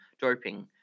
doping